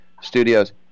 Studios